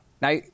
Now